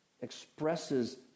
expresses